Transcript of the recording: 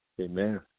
Amen